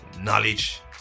Knowledge